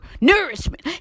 nourishment